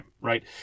right